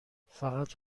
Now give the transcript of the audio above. فقط